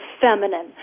feminine